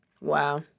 Wow